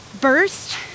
burst